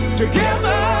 together